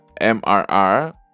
MRR